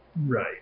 Right